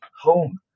home